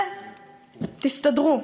ותסתדרו.